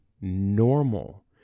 normal